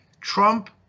Trump